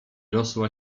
rosła